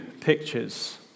pictures